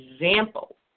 example